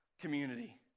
community